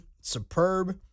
superb